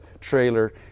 trailer